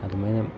ꯑꯗꯨꯃꯥꯏꯅ